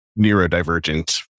neurodivergent